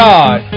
God